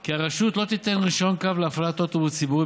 כי הרשות לא תיתן רישיון קו להפעלת אוטובוס ציבורי